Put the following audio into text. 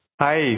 Hi